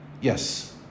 yes